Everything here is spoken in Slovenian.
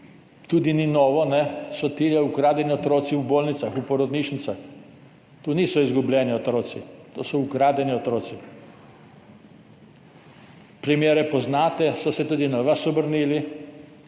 tudi ni novo, so ukradeni otroci v bolnicah, v porodnišnicah. To niso izgubljeni otroci, to so ukradeni otroci. Primere poznate, obrnili so se tudi na vas, in